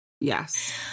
yes